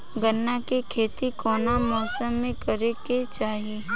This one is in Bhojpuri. गन्ना के खेती कौना मौसम में करेके चाही?